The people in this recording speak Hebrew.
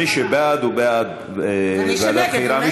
מי שבעד, הוא בעד ועדת חקירה.